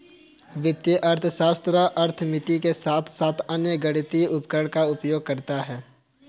वित्तीय अर्थशास्त्र अर्थमिति के साथ साथ अन्य गणितीय उपकरणों का उपयोग करता है